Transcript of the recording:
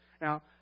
Now